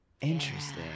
Interesting